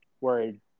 Worried